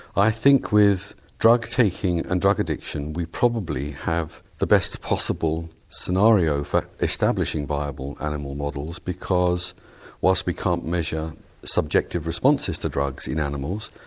i think with drug taking and drug addiction we probably have the best possible scenario for establishing viable animal models because whilst we can't measure subjective responses to drugs in animals,